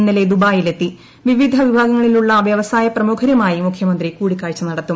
ഇന്നലെ ദുബായിലെത്തി വിവിധ വിഭാഗത്തിലുള്ള വ്യവസായ പ്രമുഖരുമായി മുഖ്യമന്ത്രി കൂടിക്കാഴ്ച നടത്തും